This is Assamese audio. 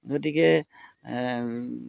গতিকে চ